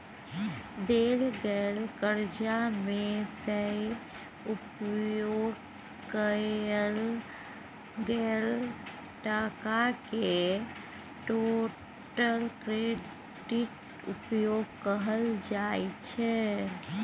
देल गेल करजा मे सँ उपयोग कएल गेल टकाकेँ टोटल क्रेडिट उपयोग कहल जाइ छै